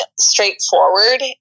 straightforward